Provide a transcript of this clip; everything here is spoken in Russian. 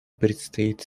предстоит